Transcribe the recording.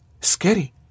Scary